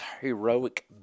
Heroic